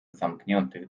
zamkniętych